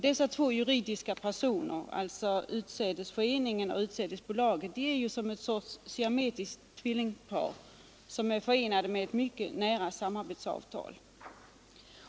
Dessa två — juridiska personer, alltså Utsädesföreningen och Utsädesbolaget, är som Den framtida Orgeett siamesiskt tvillingpar, mycket nära förenade genom samarbetsavtal.